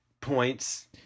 points